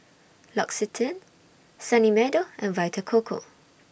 L'Occitane Sunny Meadow and Vita Coco